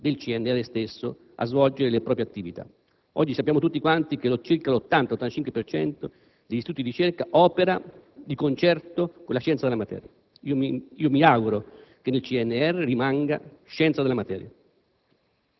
del CNR stesso a svolgere le proprie attività. Oggi sappiamo tutti che circa l'80-85 per cento degli istituti di ricerca opera di concerto con la scienza della materia. Mi auguro che nel CNR rimanga la scienza della materia.